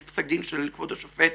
יש פסק דין של כבוד השופט